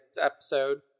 episode